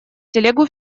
телегу